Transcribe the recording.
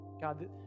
God